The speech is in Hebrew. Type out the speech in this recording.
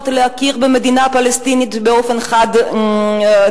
להכיר במדינה פלסטינית באופן חד-צדדי,